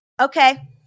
Okay